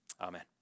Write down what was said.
Amen